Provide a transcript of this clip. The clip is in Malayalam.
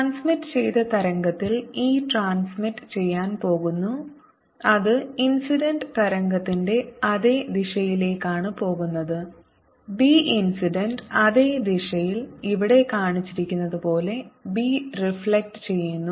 ട്രാൻസ്മിറ്റ് ചെയ്ത തരംഗത്തിൽ e ട്രാൻസ്മിറ്റ് ചെയ്യാൻ പോകുന്നു അത് ഇൻസിഡന്റ് തരംഗത്തിന്റെ അതേ ദിശയിലേക്കാണ് പോകുന്നത് b ഇൻസിഡന്റ് അതേ ദിശയിൽ ഇവിടെ കാണിച്ചിരിക്കുന്നതുപോലെ b റിഫ്ലെക്ട ചെയ്യുന്നു